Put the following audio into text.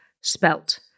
spelt